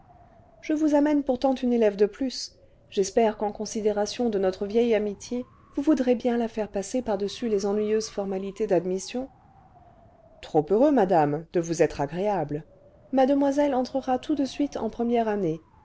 je vous amène pourtant une élève de plus j'espère qu'en considération de notre vieille amitié vous voudrez bien la faire passer pardessus les ennuyeuses formalités d'admission trop heureux madame de vous être réable mademoiselle entrera de suite en première année